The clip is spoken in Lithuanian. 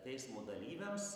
teismo dalyviams